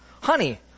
honey